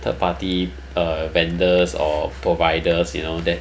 third party err vendors or providers you know that